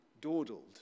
dawdled